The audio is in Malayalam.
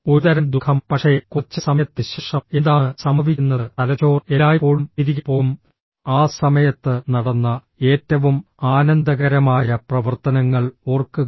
ഒരുതരം ദുഃഖം പക്ഷേ കുറച്ച് സമയത്തിന് ശേഷം എന്താണ് സംഭവിക്കുന്നത് തലച്ചോർ എല്ലായ്പ്പോഴും തിരികെ പോകും ആ സമയത്ത് നടന്ന ഏറ്റവും ആനന്ദകരമായ പ്രവർത്തനങ്ങൾ ഓർക്കുക